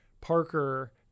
Parker